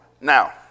Now